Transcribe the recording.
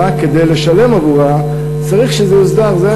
רק כדי לשלם עבורה צריך שזה יוסדר, זה הכול.